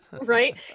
Right